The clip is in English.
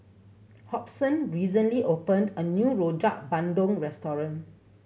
Hobson recently opened a new Rojak Bandung restaurant